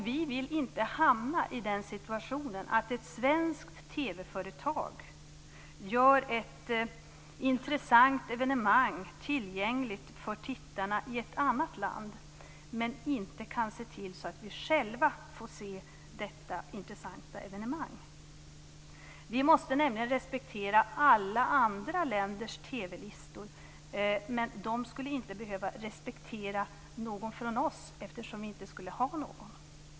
Vi vill inte hamna i den situationen att ett svenskt TV-företag gör ett intressant evenemang tillgängligt för tittarna i ett annat land men att vi inte kan se till att vi själva får se detta intressanta evenemang. Vi måste nämligen respektera alla andra länders TV listor, men de skulle inte behöva respektera någon från oss, eftersom vi inte skulle ha någon.